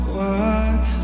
work